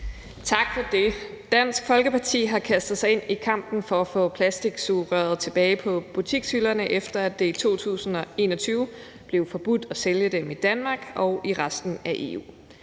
Tak for det. Dansk Folkeparti har kastet sig ind i kampen for at få plastiksugerøret tilbage på butikshylderne, efter at det i 2021 blev forbudt at sælge dem i Danmark og i resten af EU.